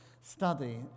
study